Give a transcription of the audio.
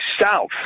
south